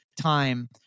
time